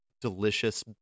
delicious